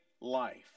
life